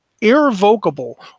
irrevocable